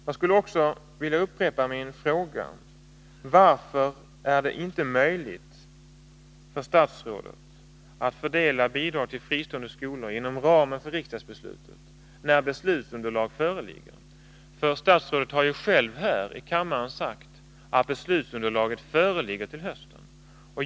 Jag skulle också vilja upprepa min fråga om varför det inte är möjligt för statsrådet att fördela bidrag till fristående skolor inom ramen för riksdagsbeslutet, när beslutsunderlag föreligger. Statsrådet har ju själv . här i kammaren sagt att beslutsunderlaget föreligger till hösten.